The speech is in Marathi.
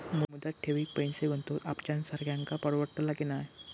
मुदत ठेवीत पैसे गुंतवक आमच्यासारख्यांका परवडतला की नाय?